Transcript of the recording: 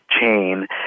chain